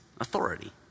authority